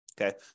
Okay